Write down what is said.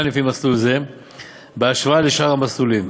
לפי מסלול זה בהשוואה לשאר המסלולים,